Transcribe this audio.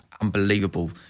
unbelievable